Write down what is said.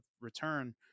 return